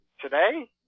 Today